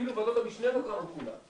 אפילו ועדות המשנה לא פעלו כולן.